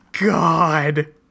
God